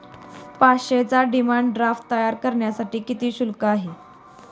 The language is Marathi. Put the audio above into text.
पाचशेचा डिमांड ड्राफ्ट तयार करण्यासाठी किती शुल्क आहे?